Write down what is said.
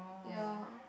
ya